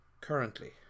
currently